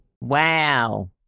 wow